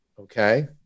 Okay